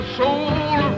soul